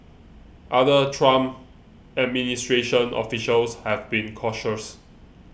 other Trump administration officials have been cautious